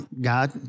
God